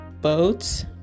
boats